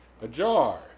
ajar